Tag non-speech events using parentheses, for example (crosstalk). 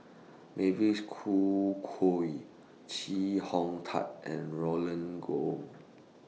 Mavis Khoo (unintelligible) Chee Hong Tat and Roland Goh